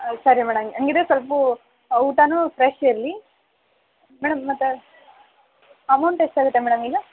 ಸರಿ ಮೇಡಮ್ ಹಂಗಿದ್ರೆ ಸ್ವಲ್ಪ ಊಟನೂ ಫ್ರೆಶ್ ಇರಲಿ ಮೇಡಮ್ ಮತ್ತು ಅಮೌಂಟ್ ಎಷ್ಟಾಗುತ್ತೆ ಮೇಡಮ್ ಈಗ